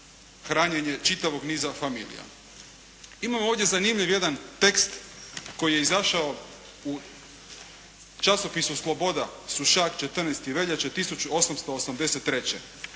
hranjenje čitavog niza familija. Imam ovdje zanimljiv jedan tekst koji je izašao u časopisu "Sloboda", Sušak, 14. veljače 1883.